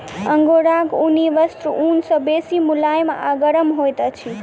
अंगोराक ऊनी वस्त्र ऊन सॅ बेसी मुलैम आ गरम होइत अछि